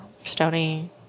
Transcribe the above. Stony